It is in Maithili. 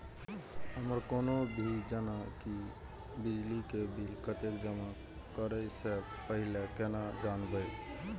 हमर कोनो भी जेना की बिजली के बिल कतैक जमा करे से पहीले केना जानबै?